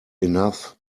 enough